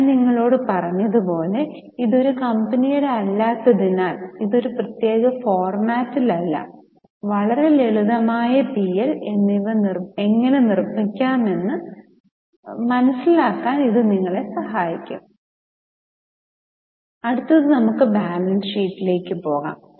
ഞാൻ നിങ്ങളോട് പറഞ്ഞതുപോലെ ഇത് ഒരു കമ്പനിയുടെ അല്ലാത്തതിനാൽ ഇത് ഒരു പ്രത്യേക ഫോർമാറ്റിലല്ല പക്ഷേ ലളിതമായ പി എൽ എന്നിവ എങ്ങനെ നിർമ്മിക്കാമെന്ന് മനസിലാക്കാൻ ഇത് സഹായിക്കും അടുത്തത് നമുക് ബാലൻസ് ഷീറ്റിലേക്ക് പോകാം